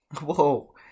whoa